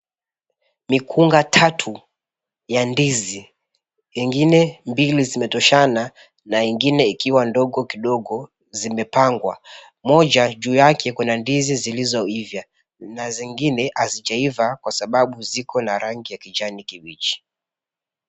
Mikunga tatu ya ndizi. Ingine mbili zimetoshana na ingine ikiwa ndogo kidogo zimepangwa. Moja juu yake kuna ndizi zilizoiva na zingine hazijaiva kwa sababu zikona na rangi ya kijani kibichi.